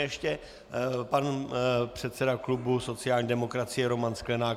Ještě pan předseda klubu sociální demokracie Roman Sklenák.